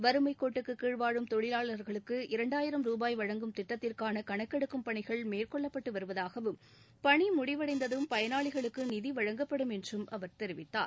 வறுமைக்கோட்டுக்கு கீழ் வாழும் தொழிலாளர்களுக்கு இரண்டாயிரம் திட்டத்திற்கான கணக்கெடுக்கும் பணிகள் ரூபாய் வழங்கும் மேற்கொள்ளப்பட்டு வருவதாகவும் பணி முடிவடைந்ததும் பயனாளிகளுக்கு நிதி வழங்கப்படும் என்றும் அவர் தெரிவித்தார்